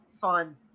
fun